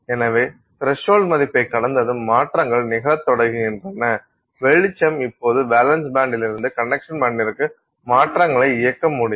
எனவே திரஸ்ஹோல்ட் மதிப்பைக் கடந்ததும் மாற்றங்கள் நிகழத் தொடங்குகின்றன வெளிச்சம் இப்போது வேலன்ஸ் பேண்டிலிருந்து கண்டக்ஷன் பேண்டிற்கு மாற்றங்களை இயக்க முடியும்